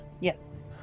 Yes